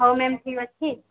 ହଉ ମ୍ୟାମ୍ ଠିକ୍ ଅଛି